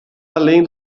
além